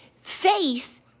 Faith